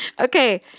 okay